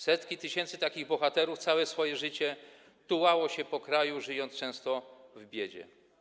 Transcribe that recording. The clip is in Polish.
Setki tysięcy takich bohaterów całe swoje życie tułało się po kraju, żyjąc często w biedzie.